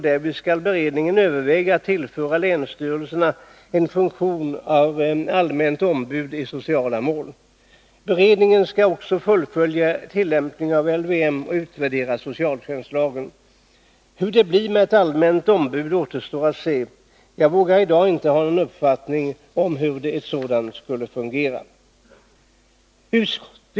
Därvid skall beredningen överväga att tillföra länsstyrelserna en funktion som allmänt ombud i sociala mål. Beredningen skall också följa tillämpningen av LVM och utvärdera socialtjänstlagen. Hur det blir med ett allmänt ombud återstår att se. Jag vågar i dag inte ha någon uppfattning om hur ett sådant skulle fungera.